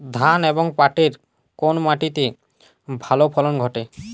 ধান এবং পাটের কোন মাটি তে ভালো ফলন ঘটে?